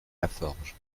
laforge